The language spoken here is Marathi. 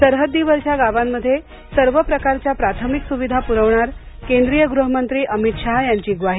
सरहद्दीवरच्या गावांमध्ये सर्व प्रकारच्या प्राथमिक सुविधा पुरवणार केंद्रीय गृहमंत्री अमित शहा यांची ग्वाही